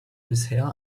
bisher